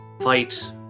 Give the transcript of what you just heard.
fight